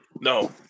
No